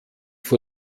vor